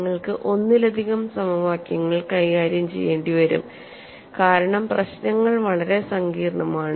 നിങ്ങൾക്ക് ഒന്നിലധികം സമവാക്യങ്ങൾ കൈകാര്യം ചെയ്യേണ്ടിവരും കാരണം പ്രശ്നങ്ങൾ വളരെ സങ്കീർണ്ണമാണ്